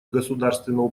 государственного